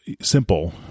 simple